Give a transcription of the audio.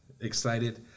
excited